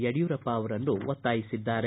ಯಡಿಯೂರಪ್ಪ ಅವರನ್ನು ಒತ್ತಾಯಿಸಿದ್ದಾರೆ